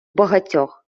багатьох